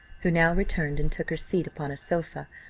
who now returned, and took her seat upon a sofa,